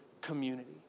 community